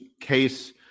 case